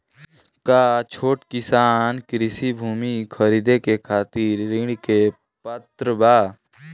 का छोट किसान कृषि भूमि खरीदे के खातिर ऋण के पात्र बा?